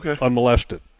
unmolested